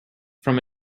from